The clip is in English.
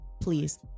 please